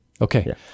Okay